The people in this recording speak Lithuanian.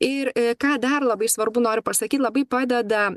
ir ką dar labai svarbu noriu pasakyt labai padeda